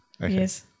Yes